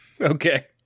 Okay